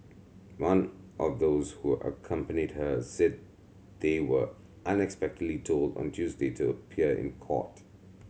one of those who accompanied her said they were unexpectedly told on Tuesday to appear in court